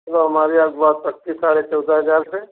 चलो हमारी आज बात पक्की साढ़े चौदह हज़ार से